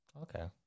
Okay